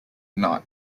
not